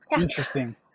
Interesting